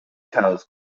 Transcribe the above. cows